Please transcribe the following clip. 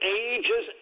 ages